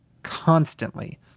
constantly